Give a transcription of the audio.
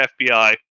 FBI